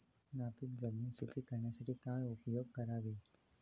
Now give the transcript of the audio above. नापीक जमीन सुपीक करण्यासाठी काय उपयोग करावे?